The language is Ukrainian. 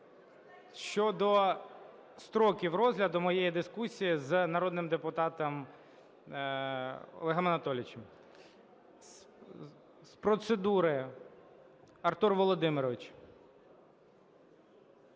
щодо строків розгляду, моя дискусія з народним депутатом Олегом Анатолійовичем. З процедури - Артур Володимирович.